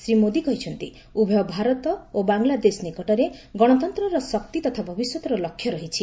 ଶ୍ରୀ ମୋଦି କହିଛନ୍ତି ଉଭୟ ଭାରତ ଓ ବାଂଲାଦେଶ ନିକଟରେ ଗଣତନ୍ତ୍ରର ଶକ୍ତି ତଥା ଭବିଷ୍ୟତର ଲକ୍ଷ୍ୟ ରହିଛି